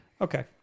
Okay